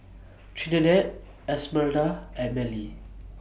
Trinidad Esmeralda and Mellie